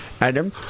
adam